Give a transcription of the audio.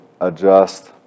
adjust